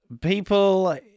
people